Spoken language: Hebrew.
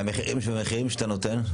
והמחירים שאתה נותן?